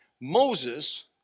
Moses